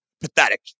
pathetic